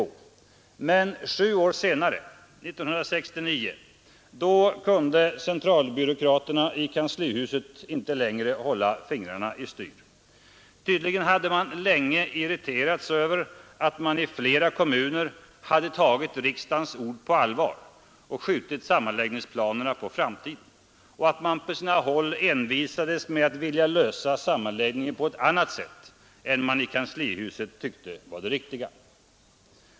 Men sju år senare, 1969, kunde centralbyråkraterna i kanslihuset inte längre hålla fingrarna i styr. Tydligen hade de länge irriterats över att man i flera kommuner hade tagit riksdagens ord på allvar och skjutit sammanläggningsplanerna på framtiden, och att man på sina håll envisades med att vilja lösa problemet med sammanläggningen på ett annat sätt än man i kanslihuset tyckte var det riktiga.